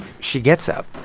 she gets up,